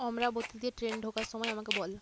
অমরাবতীতে train ঢোকার সময় আমাকে বল